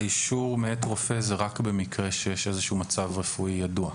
האישור מאת רופא זה רק במקרה שיש איזה שהוא מצב רפואי ידוע?